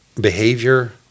behavior